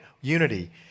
unity